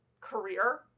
career